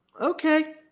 Okay